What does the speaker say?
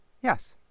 Yes